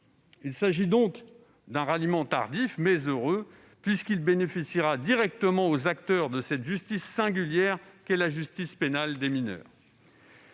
Il s'agit donc d'un ralliement tardif, mais heureux, puisqu'il bénéficiera directement aux acteurs de cette justice singulière qu'est la justice pénale des mineurs.